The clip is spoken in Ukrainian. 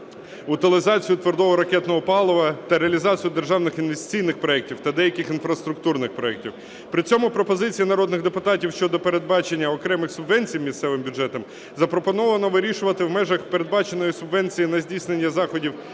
утилізацію твердого ракетного палива та реалізацію державних інвестиційних проектів та деяких інфраструктурних проектів. При цьому пропозиції народних депутатів щодо передбачення окремих субвенцій місцевим бюджетам запропоновано вирішувати в межах передбаченої субвенції на здійснення заходів